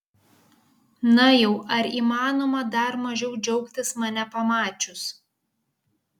na jau ar įmanoma dar mažiau džiaugtis mane pamačius